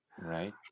Right